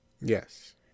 Yes